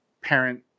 parent